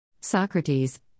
Socrates